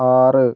ആറ്